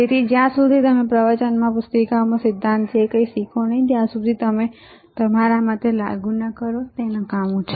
તેથી જ્યાં સુધી તમે પ્રવચનોમાં પુસ્તકોમાં સિદ્ધાંતમાં જે કંઈ શીખો નહીં ત્યાં સુધી તમે તમારા મતે લાગુ ન કરો તે નકામું છે